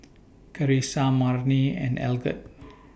Charissa Marni and Algot